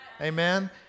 Amen